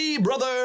brother